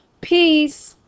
Peace